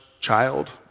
child